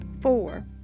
Four